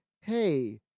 hey